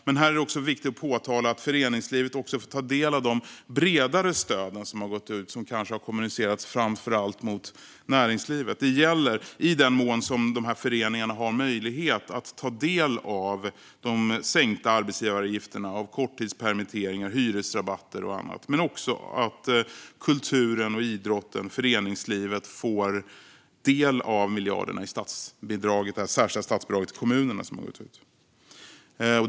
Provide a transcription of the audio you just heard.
Men här är det också viktigt att påpeka att föreningslivet får ta del av de bredare stöd som har gått ut och som kanske framför allt har kommunicerats mot näringslivet. Det gäller att ta del av sänkta arbetsgivaravgifter, korttidspermitteringar, hyresrabatter och annat i den mån som föreningarna har möjlighet men också att kulturen, idrotten och föreningslivet får del av miljarderna i det särskilda statsbidrag som har gått ut till kommunerna.